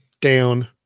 down